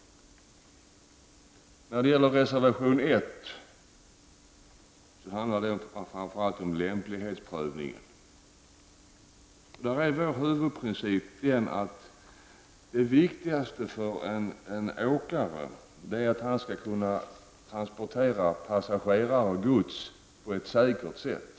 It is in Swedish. Reservation 1 handlar framför allt om lämplighetsprövningen. Vår huvudprincip är att det viktigaste för en åkare är att han kan transportera passagerare och gods på ett säkert sätt.